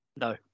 No